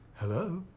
hello?